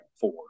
four